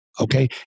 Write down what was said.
Okay